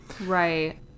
Right